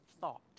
thought